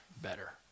better